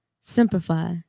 simplify